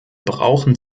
brauchen